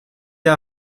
der